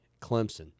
Clemson